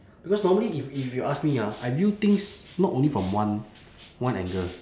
because normally if if you ask me ah I view things not only from one one angle